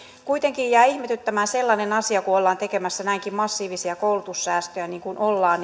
kuitenkin jäi ihmetyttämään ja huolestuttamaan sellainen asia kun ollaan tekemässä näinkin massiivisia koulutussäästöjä kuin ollaan